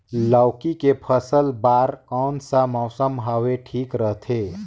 लौकी के फसल बार कोन सा मौसम हवे ठीक रथे?